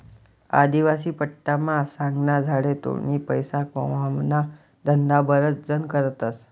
आदिवासी पट्टामा सागना झाडे तोडीन पैसा कमावाना धंदा बराच जण करतस